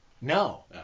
No